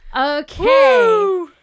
Okay